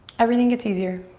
everything gets easier.